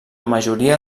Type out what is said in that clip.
majoria